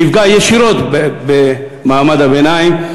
שתפגע ישירות במעמד הביניים.